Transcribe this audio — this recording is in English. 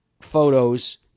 photos